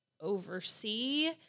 oversee